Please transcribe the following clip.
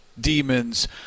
demons